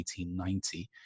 1890